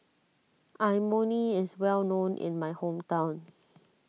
Imoni is well known in my hometown